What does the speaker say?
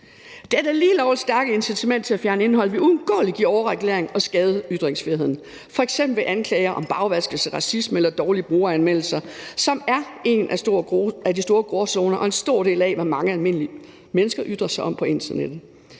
Det lige lovlig stærke incitament til at fjerne indhold vil uundgåeligt føre til overregulering og skade ytringsfriheden, f.eks. ved anklager om bagvaskelse, racisme eller dårlige brugeranmeldelser, som er en af de store gråzoner og en stor del af det, som mange almindelige mennesker ytrer sig om på internettet.